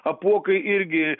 apuokai irgi